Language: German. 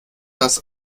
das